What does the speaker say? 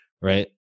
right